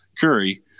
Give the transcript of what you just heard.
Curry